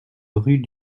rue